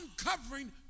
uncovering